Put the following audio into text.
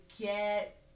get